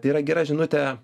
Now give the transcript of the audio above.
tai yra gera žinutė